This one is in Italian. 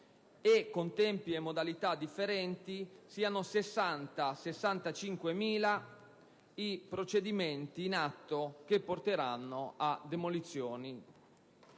con tempi e modalità differenti, siano 60.000-65.000 i procedimenti in atto che porteranno a demolizioni.